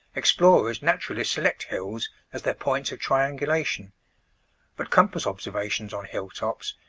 explorers naturally select hills as their points of triangulation but compass observations on hill-tops,